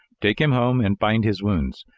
take him home and bind his wounds.